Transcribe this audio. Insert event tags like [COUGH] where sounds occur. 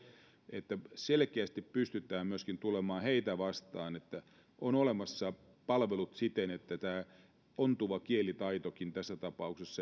että selkeästi pystytään myöskin tulemaan heitä vastaan niin että on olemassa palvelut siten että tämä ontuva kielitaitokaan tässä tapauksessa [UNINTELLIGIBLE]